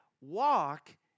walk